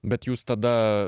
bet jūs tada